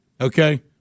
Okay